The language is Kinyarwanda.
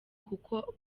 kuko